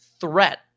threat